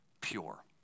pure